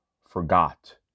forgot